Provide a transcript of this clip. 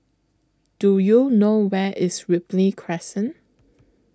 Do YOU know Where IS Ripley Crescent